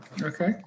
Okay